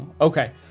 Okay